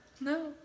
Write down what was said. No